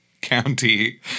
County